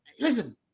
Listen